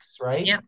right